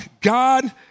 God